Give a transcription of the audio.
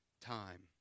time